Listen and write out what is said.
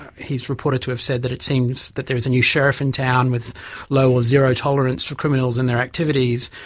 he is reported to have said that it seems that there is a new sheriff in town with low or zero tolerance for criminals and their activities.